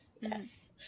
Yes